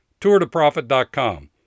TourToProfit.com